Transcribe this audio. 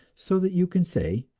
so that you can say,